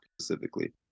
specifically